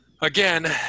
again